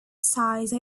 size